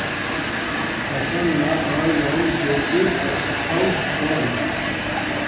फसल ला ऑनलाइन बेचे सकथव कौन?